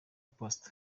past